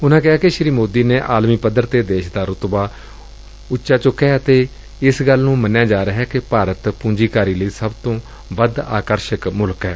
ਉਨੂਂ ਕਿਹਾ ਕਿ ਸ੍ਰੀ ਮੋਦੀ ਨੇ ਆਲਮੀ ਪੱਧਰ ਦੇ ਦੇਸ਼ ਦਾ ਰੁਤਬਾ ਉੱਚ ਚੁੱਕਿਐ ਅਤੇ ਇਸ ਗੱਲ ਨੂੰ ਮੰਨਿਆ ਜਾ ਰਿਹੈ ਕਿ ਭਾਰਤ ਪੁੰਜੀਕਾਰੀ ਲਈ ਸਭ ਤੋਂ ਵੱਧ ਆਕਰਸ਼ਕ ਮੁਲਕ ਏ